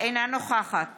אינה נוכחת